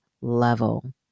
level